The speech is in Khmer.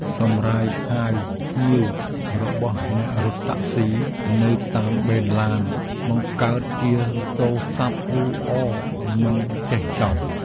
សម្រែកហៅភ្ញៀវរបស់អ្នករត់តាក់ស៊ីនៅតាមបេនឡានបង្កើតជាសូរសព្ទអ៊ូអរមិនចេះចប់។